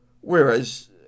Whereas